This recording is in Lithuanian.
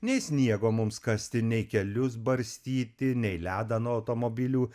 nei sniego mums kasti nei kelius barstyti nei ledą nuo automobilių